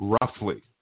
roughly